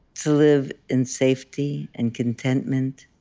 to live in safety and contentment,